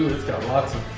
got lots of